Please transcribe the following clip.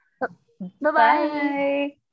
Bye-bye